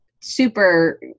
super